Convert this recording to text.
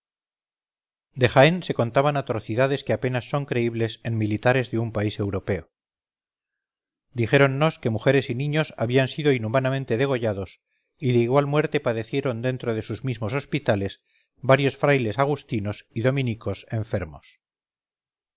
de jaén se contaban atrocidades que apenas son creíbles en militares de un país europeo dijéronnos que mujeres y niños habían sido inhumanamente degollados y que igual muerte padecieron dentro de sus mismos hospitales varios frailes agustinos y dominicos enfermos